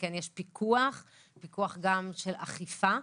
פיקוח ואכיפה.